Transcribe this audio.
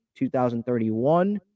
2031